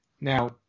Now